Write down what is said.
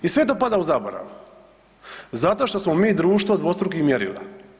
I sve to pada u zaborav zato što smo mi društvo dvostrukih mjerila.